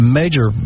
major